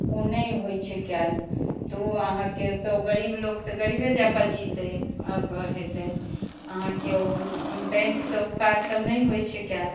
उ नहि होइ छै कयल तऽ उ अहाँके तऽ गरीब लोक तऽ गरीबे जकाँ जीतै अऽ कऽ हेतै अहाँके बैंकसँ उ काज सभ नहि होइ छै कयल